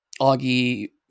Augie